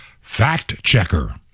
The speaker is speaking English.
fact-checker